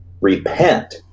Repent